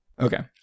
Okay